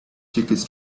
tickets